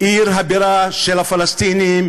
עיר הבירה של הפלסטינים,